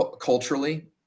culturally